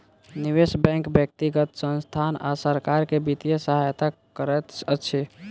निवेश बैंक व्यक्तिगत संसथान आ सरकार के वित्तीय सहायता करैत अछि